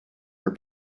her